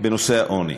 בנושא העוני.